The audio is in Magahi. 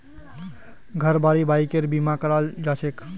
घर गाड़ी बाइकेर बीमा कराल जाछेक